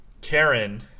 karen